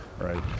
Right